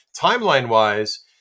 Timeline-wise